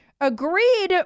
agreed